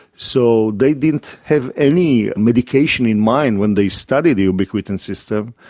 so they didn't have any medication in mind when they studied the ubiquitin system,